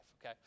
okay